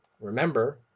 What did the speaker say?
Remember